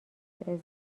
ازدواج